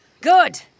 Good